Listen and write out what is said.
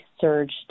surged